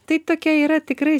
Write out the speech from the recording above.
tai tokia yra tikrai